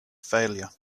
failure